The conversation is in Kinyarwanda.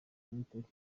uwiteka